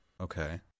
okay